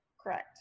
Correct